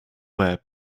web